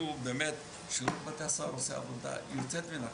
אומר ששירות בתי הסוהר עושה עבודה יוצאת מן הכלל,